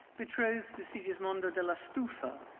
betrothed to sigismondo della stufa,